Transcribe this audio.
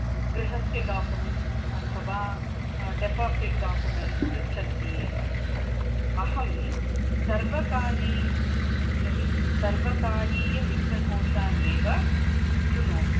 गृहस्य डोकुमेण्ट्स् अथवा deposit documents पृच्छन्ति एव अहं सर्वकारीय वित् सर्वकारीयवित्तकोशान् एव चुनोमि